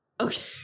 Okay